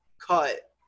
cut